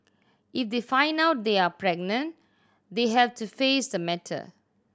if they find out they are pregnant they have to face the matter